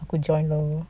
aku join lah